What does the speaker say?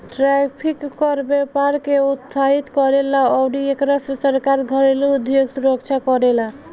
tariff कर व्यपार के हतोत्साहित करेला अउरी एकरा से सरकार घरेलु उधोग सुरक्षा करेला